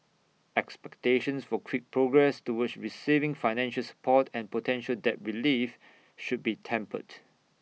expectations for quick progress toward receiving financial support and potential debt relief should be tempered